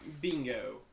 Bingo